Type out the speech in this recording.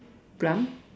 plum